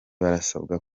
barasabwa